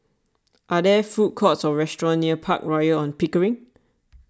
are there food courts or restaurants near Park Royal on Pickering